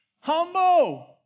humble